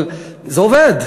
אבל זה עובד.